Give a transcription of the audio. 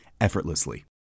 effortlessly